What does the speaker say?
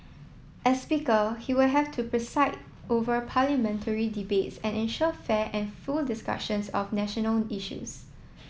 as speaker he will have to preside over parliamentary debates and ensure fair and full discussions of national issues